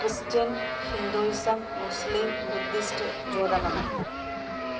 Christian Hinduism Muslim Buddhist ജൂദമതം